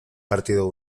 partido